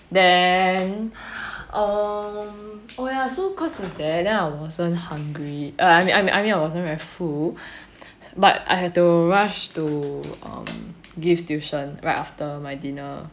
then um oh ya so cause of that then I wasn't hungry err I mean I mean I wasn't very full but I had to rush to um give tuition right after my dinner